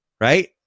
right